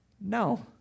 No